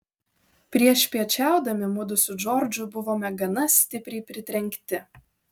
priešpiečiaudami mudu su džordžu buvome gana stipriai pritrenkti